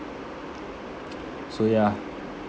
so yeah